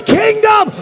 kingdom